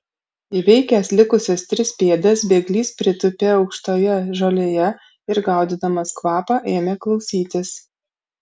įveikęs likusias tris pėdas bėglys pritūpė aukštoje žolėje ir gaudydamas kvapą ėmė klausytis